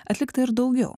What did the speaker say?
atlikta ir daugiau